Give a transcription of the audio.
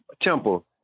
temple